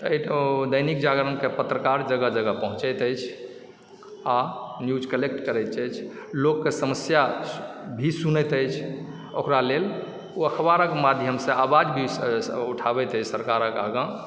दैनिक जागरणके पत्रकार जगह जगह पहुँचति अछि आओर न्यूज कलेक्ट करैत अछि लोकके समस्या भी सुनैत अछि ओकरा लेल ओ अखबारके माध्यमसँ आवाज भी उठाबैत अछि सरकारके आगा